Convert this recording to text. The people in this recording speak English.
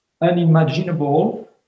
unimaginable